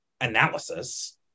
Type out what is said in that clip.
analysis